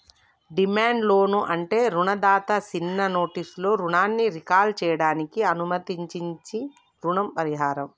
demand loan అంటే రుణదాత సిన్న నోటీసులో రుణాన్ని రీకాల్ సేయడానికి అనుమతించించీ రుణ పరిహారం